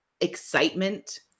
excitement